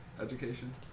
education